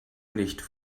nicht